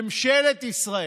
ממשלת ישראל,